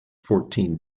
fourteen